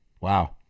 Wow